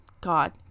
God